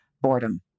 boredom